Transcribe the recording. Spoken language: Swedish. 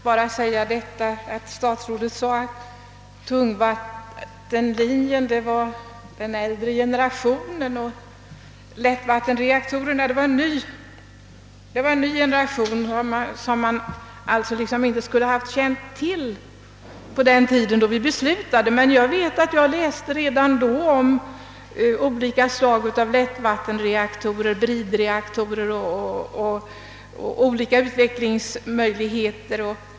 Herr talman! Statsrådet sade att tungvattenreaktorerna var den äldre generationen och att lättvattenreaktorerna var den nya generationen, som vi inte kände till vid den tidpunkten när vi fattade beslut i frågan. Jag vet emellertid att jag redan då läste om olika slag av lättvattenreaktorer och deras olika utvecklingsmöjligheter.